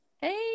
Hey